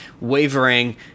wavering